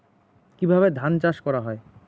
কিভাবে ধান চাষ করা হয়?